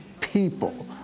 people